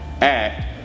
act